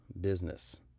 business